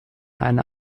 eine